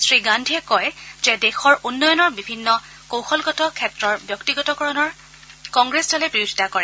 শ্ৰীগান্ধীয়ে কয় যে দেশৰ উন্নয়নৰ বিভিন্ন কৌশলগত ক্ষেত্ৰৰ ব্যক্তিগতকৰণৰ কংগ্ৰেছ দলে বিৰোধিতা কৰে